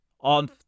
on